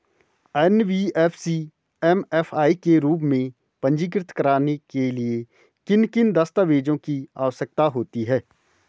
NBFC MFI के रूप में पंजीकृत कराने के लिए किन किन दस्तावेज़ों की आवश्यकता होती है?